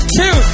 two